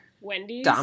Wendy's